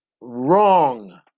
wrong